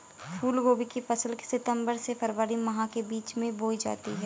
फूलगोभी की फसल सितंबर से फरवरी माह के बीच में बोई जाती है